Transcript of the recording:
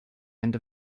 end